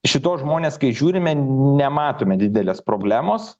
šituos žmones kai žiūrime nematome didelės problemos